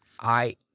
I—